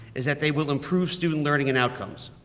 is that they will improve student learning and outcomes.